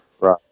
Right